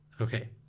Okay